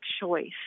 choice